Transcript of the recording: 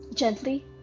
Gently